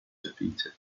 defeated